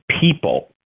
people